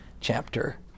chapter